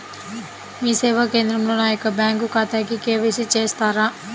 మీ సేవా కేంద్రంలో నా యొక్క బ్యాంకు ఖాతాకి కే.వై.సి చేస్తారా?